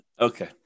Okay